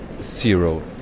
zero